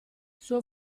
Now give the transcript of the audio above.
suo